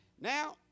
Now